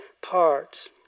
parts